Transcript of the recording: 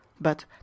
But